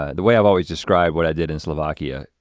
ah the way i've always described what i did in slovakia,